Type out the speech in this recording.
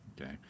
Okay